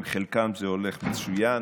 עם חלקם זה הולך מצוין,